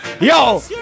Yo